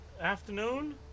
afternoon